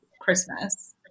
Christmas